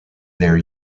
their